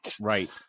Right